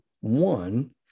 one